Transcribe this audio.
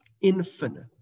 infinite